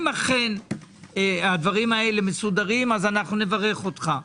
אם אכן הדברים האלה מסודרים, נברך אותך.